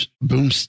boom